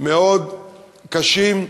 מאוד קשים,